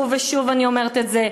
ושוב ושוב אני אומרת את זה,